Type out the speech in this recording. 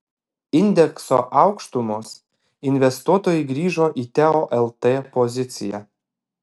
indekso aukštumos investuotojai grįžo į teo lt poziciją